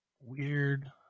Weird